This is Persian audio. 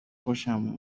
خوشم